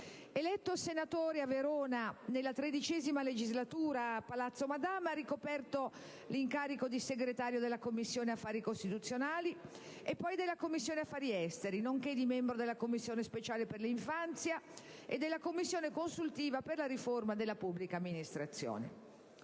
Eletto senatore a Verona nella XIII legislatura, a Palazzo Madama ha ricoperto l'incarico di Segretario della Commissione affari costituzionali e poi della Commissione affari esteri, nonché di membro della Commissione speciale per l'infanzia e della Commissione consultiva per la riforma della pubblica amministrazione.